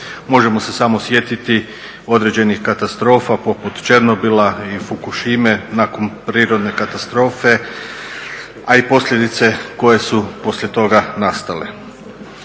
Možemo se samo sjetiti određenih katastrofa poput Černobila i Fukushime nakon prirodne katastrofe, a i posljedice koje su poslije toga nastale.